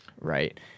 Right